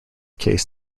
case